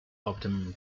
optimum